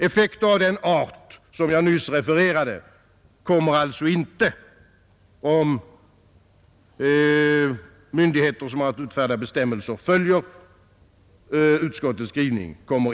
Effekter av den art jag nyss refererade kommer alltså inte att upprepas om myndigheter som har att utfärda bestämmelser följer utskottets skrivning.